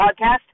Podcast